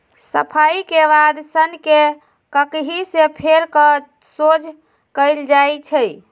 सफाई के बाद सन्न के ककहि से फेर कऽ सोझ कएल जाइ छइ